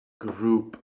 Group